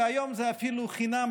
והיום זה אפילו חינם,